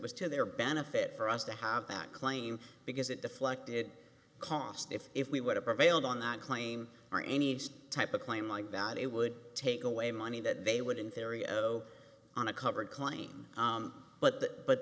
to their benefit for us to have that claim because it deflected cost if if we would have prevailed on that claim or any type of claim like valid it would take away money that they would in theory of on a covered claim but that but